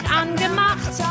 angemacht